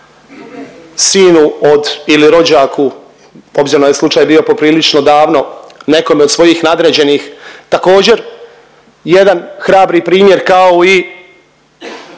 sinu od ili rođaku obzirom da je slučaj bio poprilično davno, nekome od svojih nadređenih također jedan hrabri primjer kao i